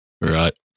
right